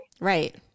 Right